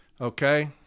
okay